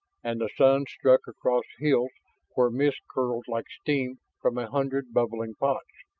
and the sun struck across hills where mist curled like steam from a hundred bubbling pots.